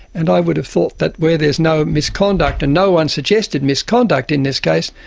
and i would have thought that where there is no misconduct, and no one suggested misconduct in this case,